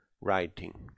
writing